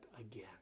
again